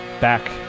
back